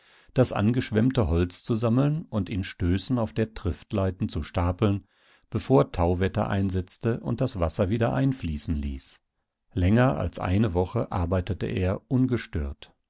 das angeschwemmte holz zu sammeln und in stößen auf der triftleiten zu stapeln bevor tauwetter einsetzte und das wasser wieder einfließen ließ länger als eine woche arbeitete er ungestört